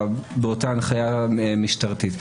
באותה הנחיה משטרתית.